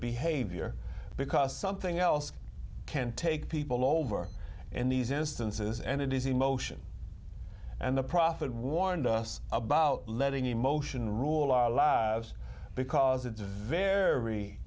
behavior because something else can take people over in these instances and it is emotion and the prophet warned us about letting emotion rule our lives because it's very